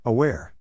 Aware